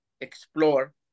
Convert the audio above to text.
explore